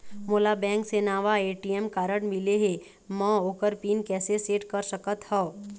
मोला बैंक से नावा ए.टी.एम कारड मिले हे, म ओकर पिन कैसे सेट कर सकत हव?